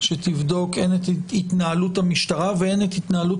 שתבדוק הן את התנהלות המשטרה והן את התנהלות